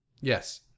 Yes